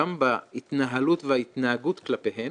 גם בהתנהלות וההתנהגות כלפיהן